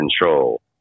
control